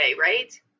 right